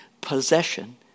possession